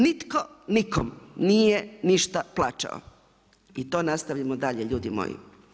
Nitko nikom nije ništa plaćao i to nastavimo dalje, ljudi moji.